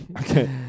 Okay